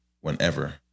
whenever